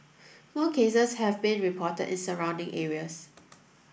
more cases have been reported in surrounding areas